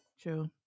True